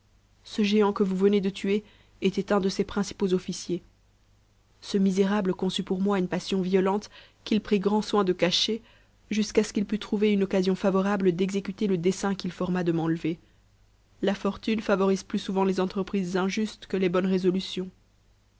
ce géant que vous venez de tuer était un de ses principaux officiers ce misérable conçut pour moi une passion violente qu'il prit grand soin de cacher jusqu'à ce qu'il pût trouver une occasion favorable d'exécuter le dessein qu'il forma de m'enlever la fortune favorise plus souvent les entreprises injustes que les bonnes résolutions